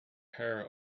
her